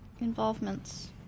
involvements